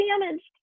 damaged